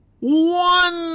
one